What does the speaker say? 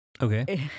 Okay